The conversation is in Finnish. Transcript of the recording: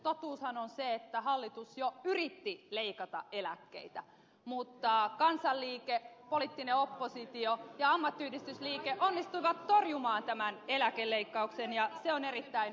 totuushan on se että hallitus jo yritti leikata eläkkeitä mutta kansanliike poliittinen oppositio ja ammattiyhdistysliike onnistuivat torjumaan tämän eläkeleikkauksen ja se on erittäin hyvä asia